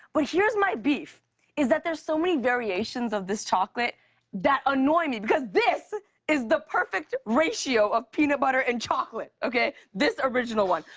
but here's my beef is that there are so many variations of this chocolate that annoy me because this is the perfect ratio of peanut butter and chocolate, okay? this original one.